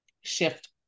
shift